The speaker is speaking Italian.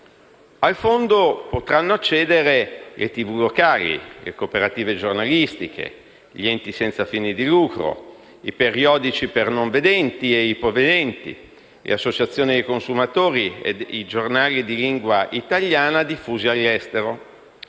Al Fondo potranno accedere le televisioni locali, le cooperative giornalistiche, gli enti senza fini di lucro, i periodici per non vedenti e per ipovedenti, le associazioni dei consumatori i giornali di lingua italiana diffusi all'estero.